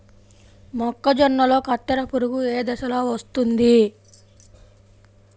మొక్కజొన్నలో కత్తెర పురుగు ఏ దశలో వస్తుంది?